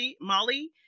Molly